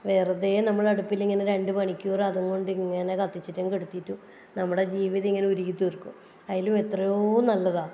വെറുതെ നമ്മൾ അടുപ്പിൽ ഇങ്ങനെ രണ്ടുമണിക്കൂർ അതും കൊണ്ടിങ്ങനെ കത്തിച്ചിട്ടും കെടുത്തിയിട്ടും നമ്മുടെ ജീവിതം ഇങ്ങനെ ഉരുകി തീർക്കും അതിലും എത്രയോ നല്ലതാണ്